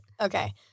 Okay